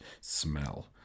smell